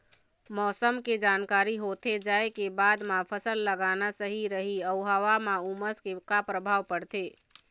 मौसम के जानकारी होथे जाए के बाद मा फसल लगाना सही रही अऊ हवा मा उमस के का परभाव पड़थे?